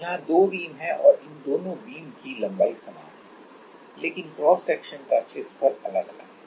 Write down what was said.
यहां दो बीम हैं और इन दोनों बीम की लंबाई समान है लेकिन क्रॉस सेक्शन का क्षेत्रफल अलग है